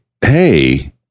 hey